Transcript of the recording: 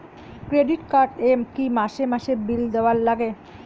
Credit card এ কি মাসে মাসে বিল দেওয়ার লাগে?